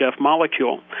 molecule